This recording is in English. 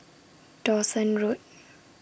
Dawson Road